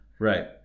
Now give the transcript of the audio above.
Right